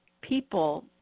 people